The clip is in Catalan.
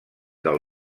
del